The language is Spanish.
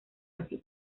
así